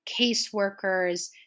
caseworkers